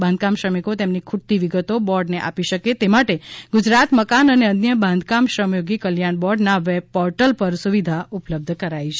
બાંધકામ શ્રમિકો તેમની ખૂટતી વિગતો બોર્ડને આપી શકે તે માટે ગુજરાત મકાન અને અન્ય બાંધકામ શ્રમયોગી કલ્યાણ બોર્ડના વેબ પોર્ટલ પર સુવિધા ઉપલબ્ધ કરાઇ છે